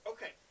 Okay